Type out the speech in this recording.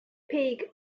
pig